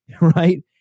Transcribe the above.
right